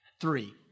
Three